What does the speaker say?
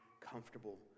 comfortable